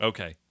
Okay